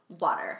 water